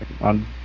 on